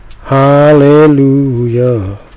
hallelujah